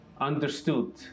understood